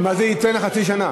אז מה זה ייתן, חצי שנה?